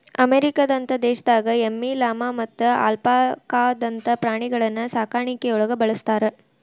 ಅಮೇರಿಕದಂತ ದೇಶದಾಗ ಎಮ್ಮಿ, ಲಾಮಾ ಮತ್ತ ಅಲ್ಪಾಕಾದಂತ ಪ್ರಾಣಿಗಳನ್ನ ಸಾಕಾಣಿಕೆಯೊಳಗ ಬಳಸ್ತಾರ